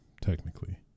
technically